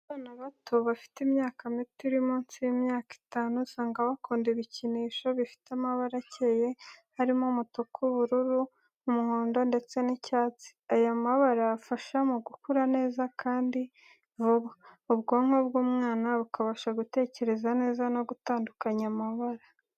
Abana bato bafite imyaka mito iri munsi y'imyaka itanu, usanga bakunda ibikinisho bifite amabara akeye harimo umutuku, ubururu, umuhondo, ndetse n'icyatsi. Aya mabara afasha mu gukura neza kandi kandi vuba, ubwonko bw'umwana bukabasha gutekereza neza no gutandukanya amabara.